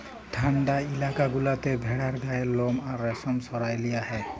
ঠাল্ডা ইলাকা গুলাতে ভেড়ার গায়ের লম বা রেশম সরাঁয় লিয়া হ্যয়